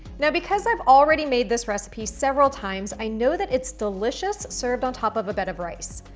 now, because i've already made this recipe several times, i know that it's delicious served on top of a bed of rice.